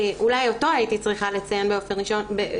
שאולי אותו הייתי צריכה לציין ראשון,